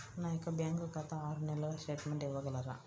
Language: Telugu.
నా యొక్క బ్యాంకు ఖాతా ఆరు నెలల స్టేట్మెంట్ ఇవ్వగలరా?